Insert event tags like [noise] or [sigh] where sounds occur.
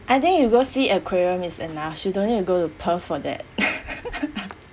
I think you go see aquarium is enough you don't need to go to perth for that [laughs]